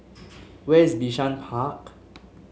where is Bishan Park